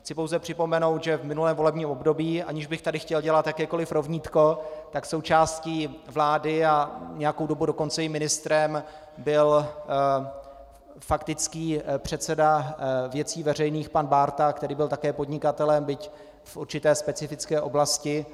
Chci pouze připomenout, že v minulém volebním období, aniž bych tady chtěl dělat jakékoliv rovnítko, součástí vlády, a nějakou dobu dokonce i ministrem byl faktický předseda Věcí veřejných pan Bárta, který byl také podnikatelem, byť v určité specifické oblasti.